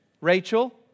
Rachel